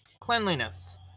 Cleanliness